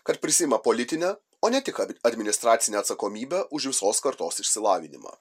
kad prisiima politinę o ne tik administracinę atsakomybę už visos kartos išsilavinimą